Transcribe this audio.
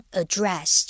address